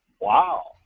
Wow